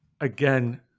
again